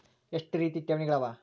ಎಷ್ಟ ರೇತಿ ಠೇವಣಿಗಳ ಅವ?